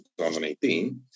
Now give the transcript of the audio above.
2018